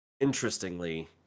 Interestingly